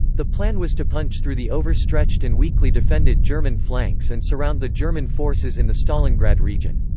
the plan was to punch through the overstretched and weakly defended german flanks and surround the german forces in the stalingrad region.